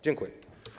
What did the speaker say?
Dziękuję.